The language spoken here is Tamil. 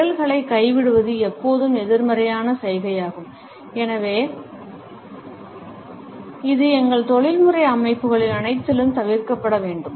விரல்களை கைவிடுவது எப்போதும் எதிர்மறையான சைகையாகும் எனவே இது எங்கள் தொழில்முறை அமைப்புகள் அனைத்திலும் தவிர்க்கப்பட வேண்டும்